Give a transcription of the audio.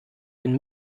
dem